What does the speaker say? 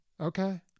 Okay